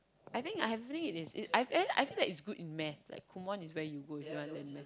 I think I have a feeling it is it's I have eh I feel like it's good in math like Kumon is where you go if you wanna learn math